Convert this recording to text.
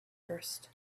first